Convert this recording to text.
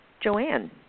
Joanne